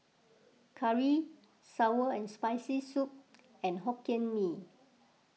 Curry Sour and Spicy Soup and Hokkien Mee